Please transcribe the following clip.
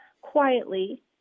quietly